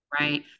Right